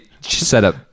setup